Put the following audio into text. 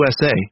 USA